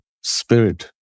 spirit